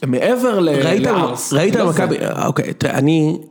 מעבר לערס. ראיתם, ראיתם... אוקיי, אני...